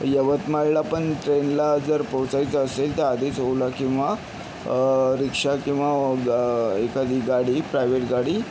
यवतमाळला पण ट्रेनला जर पोचायचं असेल तर आधीच ओला किंवा रिक्षा किंवा एखादी गाडी प्रायव्हेट गाडी